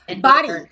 body